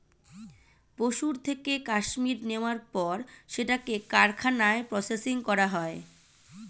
পশুর থেকে কাশ্মীর নেয়ার পর সেটাকে কারখানায় প্রসেসিং করা হয়